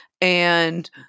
and-